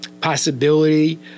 possibility